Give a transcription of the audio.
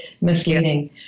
misleading